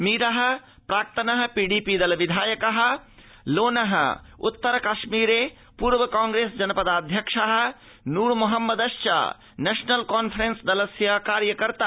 मीर प्राक्तन पीडीपी दलविधायक लोन उत्तरकश्मीर पूर्व कांप्रेस् जनपदाध्यक्ष नूरमोहम्मदश्च नध्यमल् कॉन्फ्रेन्सदलस्य कार्यकर्ता अवर्तन्त